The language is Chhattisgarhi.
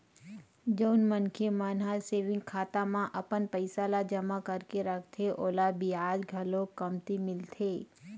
जउन मनखे मन ह सेविंग खाता म अपन पइसा ल जमा करके रखथे ओला बियाज घलो कमती मिलथे